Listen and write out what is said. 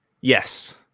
Yes